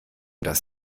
das